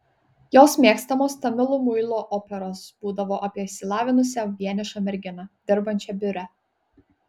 jos mėgstamos tamilų muilo operos būdavo apie išsilavinusią vienišą merginą dirbančią biure